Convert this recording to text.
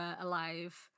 alive